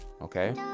okay